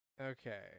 Okay